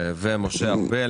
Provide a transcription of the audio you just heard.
ומשה ארבל.